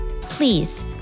please